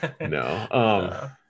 no